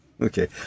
Okay